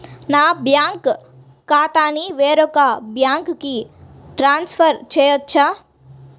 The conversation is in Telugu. నా బ్యాంక్ ఖాతాని వేరొక బ్యాంక్కి ట్రాన్స్ఫర్ చేయొచ్చా?